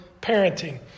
parenting